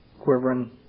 quivering